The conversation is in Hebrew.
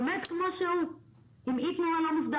עומד כמו שהוא עם אי תנועה לא מוסדר